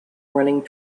running